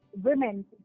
Women